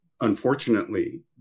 Unfortunately